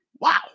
Wow